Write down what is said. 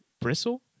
Bristle